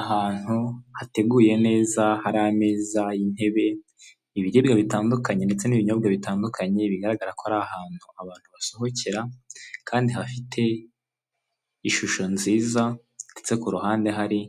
Ahantu hateguye neza hari ameza y'intebe ibigebwa bitandukanye ndetse n'ibinyobwa bitandukanye bigaragara ko ari ahantu abantu basohokera, kandi hafite ishusho nziza ndetse ku hande hari